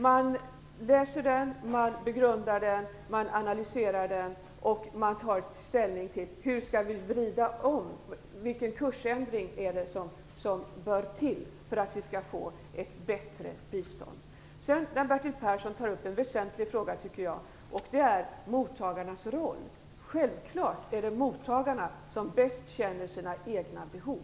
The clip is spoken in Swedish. Man läser den, man begrundar den, man analyserar den och man tar ställning till vilken kursändring som bör göras för att biståndet skall bli bättre. Bertil Persson tog sedan upp en väsentlig fråga, nämligen mottagarnas roll. Självklart känner mottagarna bäst sina egna behov.